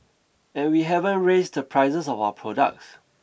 and we haven't raised the prices of our products